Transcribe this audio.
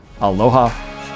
Aloha